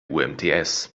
umts